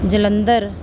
Jalandhar